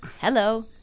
Hello